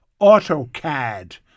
AutoCAD